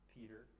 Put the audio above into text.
Peter